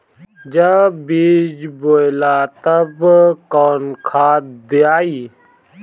जब बीज बोवाला तब कौन खाद दियाई?